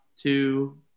two